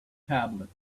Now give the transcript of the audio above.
tablet